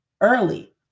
early